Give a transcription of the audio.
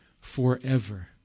forever